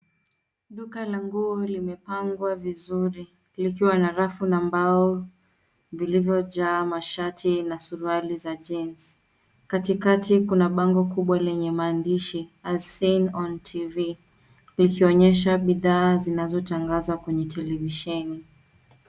Duka la nguo limepangwa vizuri likiwa na rafu na mbao zilizojaa mashati na suruali za jeans . Katikati kuna bango kubwa lenye maandishi as seen on tv likionyesha bidhaa zinazotangazwa kwenye televisheni.